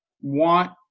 want